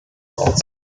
thoughts